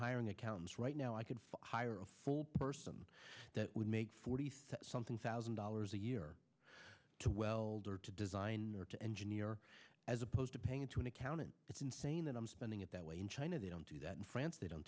hiring accountants right now i could hire a full person that would make forty three something thousand dollars a year to weld or to design or to engineer as opposed to paying into an accountant it's insane that i'm spending it that way in china they don't do that in france they don't